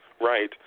Right